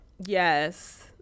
yes